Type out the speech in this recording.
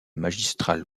magistral